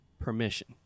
permission